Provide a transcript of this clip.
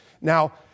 Now